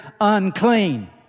unclean